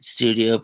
studio